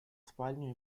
спальню